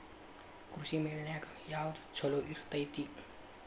ಕೃಷಿಮೇಳ ನ್ಯಾಗ ಯಾವ್ದ ಛಲೋ ಇರ್ತೆತಿ?